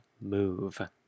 Move